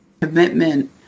commitment